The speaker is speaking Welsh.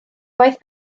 gwaith